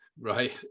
right